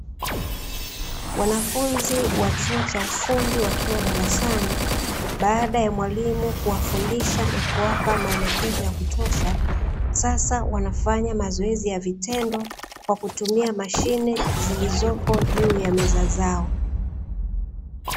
Wanafunzi wa chuo cha ufundi wakiwa darasani, baada ya mwalimu kuwafundisha na kuwapa maelekezo ya kutosha, sasa wanafanya mazoezi yavitendo kwa kutumia mashine zilizopo juu ya meza zao.